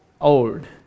old